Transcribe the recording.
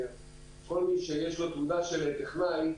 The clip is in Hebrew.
כל מי שיש לו תעודה של טכנאי,